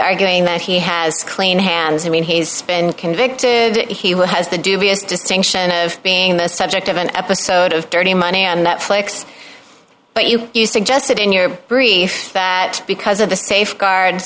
arguing that he has clean hands i mean he's been convicted and he will has the dubious distinction of being the subject of an episode of dirty money on netflix but you you suggested in your brief that because of the safeguard